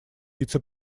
вице